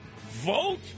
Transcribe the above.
Vote